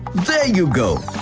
there you go.